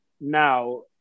now